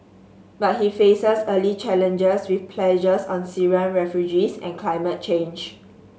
but he faces early challenges with pledges on Syrian refugees and climate change